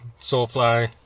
Soulfly